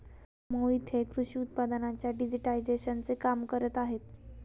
मोहित हे कृषी उत्पादनांच्या डिजिटायझेशनचे काम करत आहेत